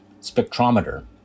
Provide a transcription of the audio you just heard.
spectrometer